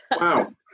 Wow